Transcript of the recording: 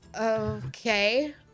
Okay